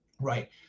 right